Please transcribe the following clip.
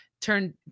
turn